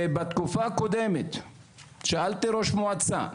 שבתקופה הקודמת שאלתי ראש מועצה,